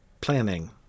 planning